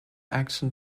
action